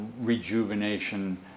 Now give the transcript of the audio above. rejuvenation